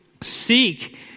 Seek